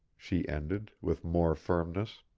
she ended, with more firmness.